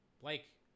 Blake